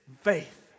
faith